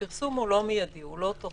הפרסום הוא לא מידי, הוא לא תוך דקות.